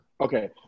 Okay